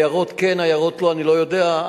עיירות כן, עיירות לא, אני לא יודע.